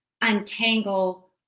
untangle